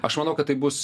aš manau kad tai bus